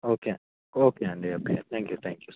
okay అండి okay అండి okay thank you thank you